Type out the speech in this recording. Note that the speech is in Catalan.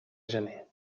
gener